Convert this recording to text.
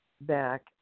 back